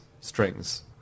strings